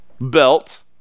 belt